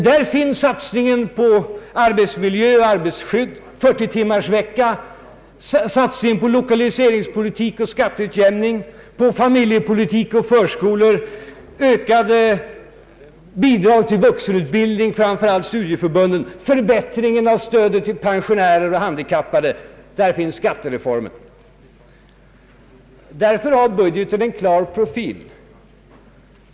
Där finns satsningen på arbetsmiljö, arbetarskydd och 40-timmarsvecka, satsningen på lokaliseringspolitik och skatteutjämning, på familjepolitik och förskolor, på ökade bidrag till vuxenutbildningen — framför allt studieförbunden — på förbättring av stödet till pensionärer och handikappade. Där finns slutligen skattereformen. Därför har budgeten en klar profil.